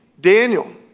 Daniel